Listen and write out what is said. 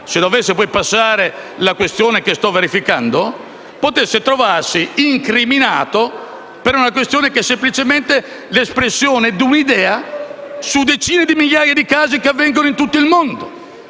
se dovesse passare la questione che sto verificando, possa trovarsi incriminato per una questione che è semplicemente l'espressione di un'idea su decine di migliaia di casi che avvengono in tutto il mondo.